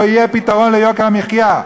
לא יהיה פתרון ליוקר המחיה,